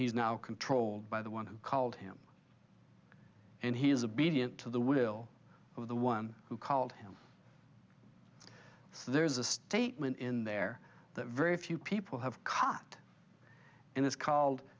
he's now controlled by the one who called him and he is a brilliant to the will of the one who called him so there's a statement in there that very few people have caught in this called